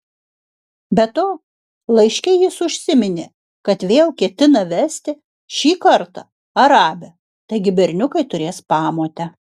be to laiške jis užsiminė kad vėl ketina vesti šį kartą arabę taigi berniukai turės pamotę